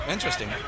Interesting